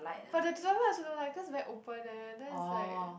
but the tutorial room I also don't like cause very open leh then it's like